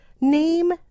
name